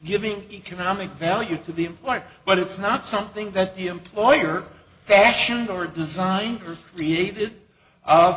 giving economic value to the wife but it's not something that the employer fashioned or design